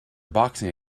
boxing